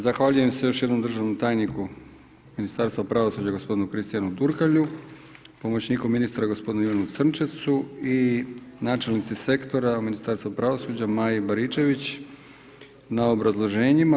Zahvaljujem se još jednom državnom tajniku Ministarstva pravosuđa gospodinu Kristijanu Turkalju, pomoćniku ministra gospodinu Ivanu Crnčecu i načelnici sektora u Ministarstvu pravosuđa Maji Baričević na obrazloženjima.